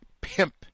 pimp